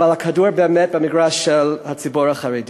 אבל הכדור הוא באמת במגרש של הציבור החרדי.